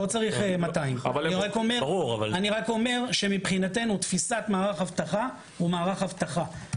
לא צריך 200. אני רק אומר שמבחינתנו תפיסת מערך אבטחה הוא מערך אבטחה.